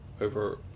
over